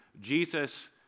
Jesus